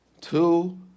two